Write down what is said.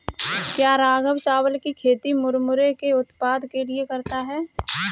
क्या राघव चावल की खेती मुरमुरे के उत्पाद के लिए करता है?